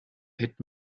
pit